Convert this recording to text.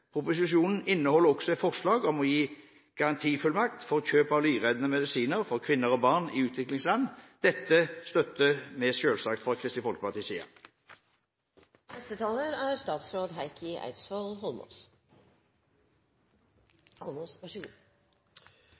Proposisjonen inneholder også et forslag om å gi garantifullmakt for kjøp av livreddende medisiner for kvinner og barn i utviklingsland. Dette støtter vi selvsagt fra Kristelig Folkepartis side. Jeg skal være kort, for jeg oppfatter at det er